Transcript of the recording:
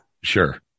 Sure